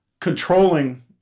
controlling